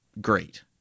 great